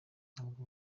ntabwo